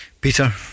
Peter